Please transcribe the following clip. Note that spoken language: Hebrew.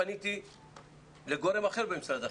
פניתי לגורם אחר במשרד החינוך,